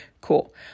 cool